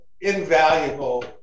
invaluable